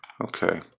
okay